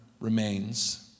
remains